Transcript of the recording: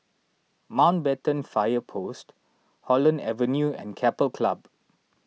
Mountbatten Fire Post Holland Avenue and Keppel Club